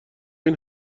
این